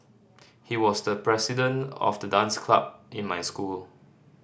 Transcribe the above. he was the president of the dance club in my school